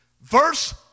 Verse